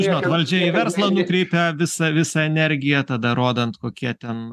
žinot valdžia į verslą nekreipia visą visą energiją tada rodant kokie ten